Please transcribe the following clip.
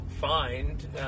find